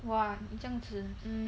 !wah! 你这样子